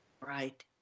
Right